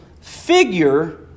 figure